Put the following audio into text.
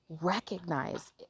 Recognize